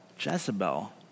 Jezebel